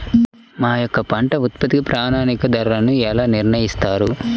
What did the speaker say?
మా యొక్క పంట ఉత్పత్తికి ప్రామాణిక ధరలను ఎలా నిర్ణయిస్తారు?